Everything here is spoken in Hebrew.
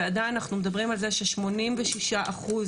ועדיין אנחנו מדברים על זה ש-86 אחוז